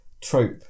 trope